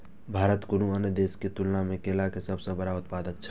भारत कुनू अन्य देश के तुलना में केला के सब सॉ बड़ा उत्पादक छला